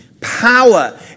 Power